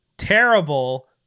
Terrible